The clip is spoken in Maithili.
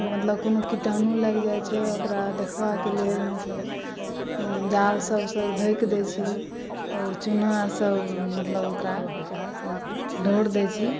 मतलब कोनो कीटाणु लागि जाइ छै ओकरा देखबाके लेल मतलब जाल सबसँ ढकि दै छी आओर चूना आओरसँ मतलब ओकरा ढोरि दै छी